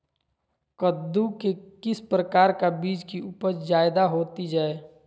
कददु के किस प्रकार का बीज की उपज जायदा होती जय?